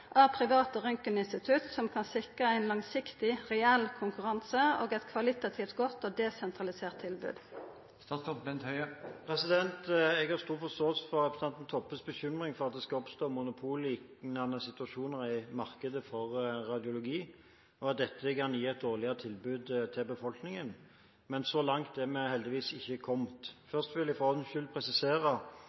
av private røntgeninstitutt som kan sikra ein langsiktig, reell konkurranse og eit kvalitativt godt og desentralisert tilbod?» Jeg har stor forståelse for representanten Toppes bekymring for at det skal oppstå monopolliknende situasjoner i markedet for radiologi, og at dette kan gi et dårligere tilbud til befolkningen. Men så langt er vi heldigvis ikke kommet. Først vil jeg for ordens skyld presisere